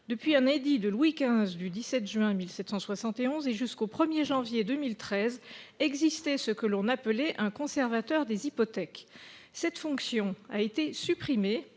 Depuis un édit de Louis XV du 17 juin 1771, et jusqu'au 1 janvier 2013, existait ce qu'on appelait un conservateur des hypothèques. Cette « fonction » a été supprimée